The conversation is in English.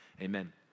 amen